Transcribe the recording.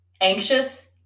anxious